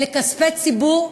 אלה כספי ציבור,